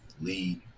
Lead